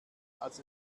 als